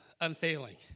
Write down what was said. unfailing